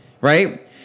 right